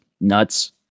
nuts